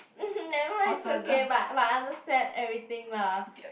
nevermind it's okay but but I understand everything lah